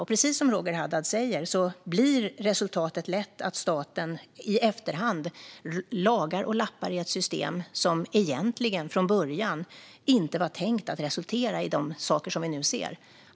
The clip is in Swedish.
Och precis som Roger Haddad säger blir resultatet lätt att staten i efterhand lagar och lappar i ett system som egentligen från början inte var tänkt att resultera i de saker som vi nu ser.